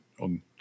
on